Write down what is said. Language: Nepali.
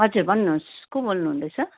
हजुर भन्नुहोस् को बोल्नु हुँदैछ